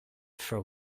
for